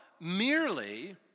merely